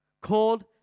Called